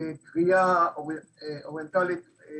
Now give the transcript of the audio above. קביעה אוריינטלית לא